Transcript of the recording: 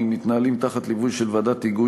הם מתנהלים תחת ליווי של ועדת היגוי